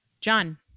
John